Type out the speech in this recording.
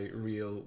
real